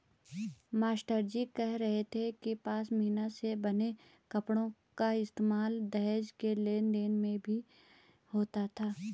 मास्टरजी कह रहे थे कि पशमीना से बने कपड़ों का इस्तेमाल दहेज के लेन देन में भी होता था